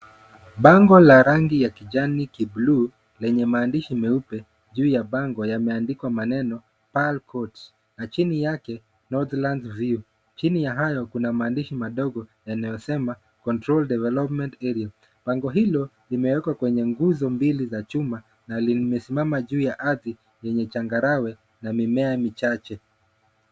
Bango la rangi ya kijani kibluu lenye maandishi meupe juu ya bango yameandikwa maneno Pearl Court na chini yake Northlands view chini ya hayo kuna maandishi madogo yanayo sema controlled development area . Bango hilo limewekwa kwenye nguzo mbili za chuma na limesimama juu ya ardhi yenye changarawe na mimea michache.